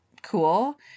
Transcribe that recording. Cool